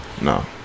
no